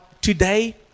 today